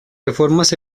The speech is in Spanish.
reformas